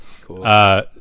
Cool